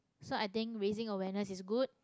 so I think raising awareness is good